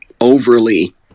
overly